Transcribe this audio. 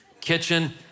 kitchen